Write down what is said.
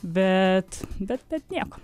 bet bet bet nieko